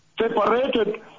separated